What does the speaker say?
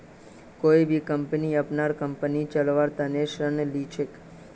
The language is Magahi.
कोई भी कम्पनी अपनार कम्पनी चलव्वार तने ऋण ली छेक